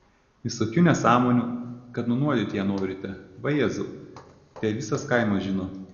visokių nesąmonių kad nunuodyti ją norite vajezau te visas kaimas žino